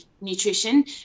nutrition